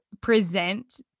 present